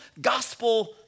gospel